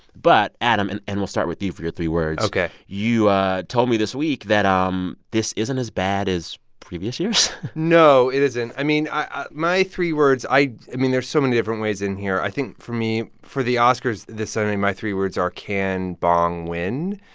but, adam and and we'll start with you for your three words ok you told me this week that um this isn't as bad as previous years no, it isn't. i mean, my three words i mean, there's so many different ways in here. i think for me, for the oscars this sunday, my three words are, can bong win?